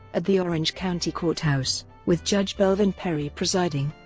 at the orange county courthouse, with judge belvin perry presiding.